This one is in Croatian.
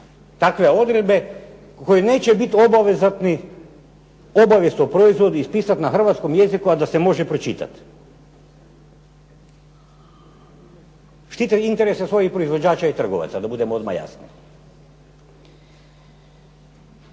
takve odredbe koji neće biti obvezatni obavijest o proizvodu ispisati na hrvatskom jeziku, a da se može pročitat. Štite interese svojih proizvođača i trgovaca, da budem odmah jasan.